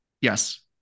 Yes